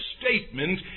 statement